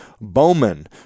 Bowman